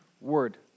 word